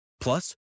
Plus